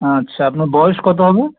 আচ্ছা আপনার বয়স কত হবে